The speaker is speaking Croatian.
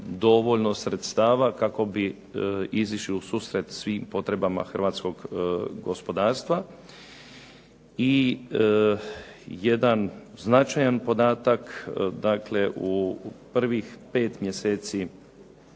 dovoljno sredstava kako bi izišli u susret svim potrebama hrvatskog gospodarstva. I jedan značajan podatka, dakle u prvih 5 mjeseci